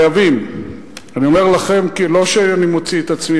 חייבים אני אומר "לכם" לא כי אני מוציא את עצמי